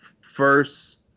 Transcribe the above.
first